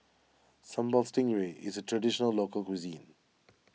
Sambal Stingray is a Traditional Local Cuisine